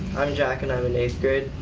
i'm jack, and i'm in eighth grade.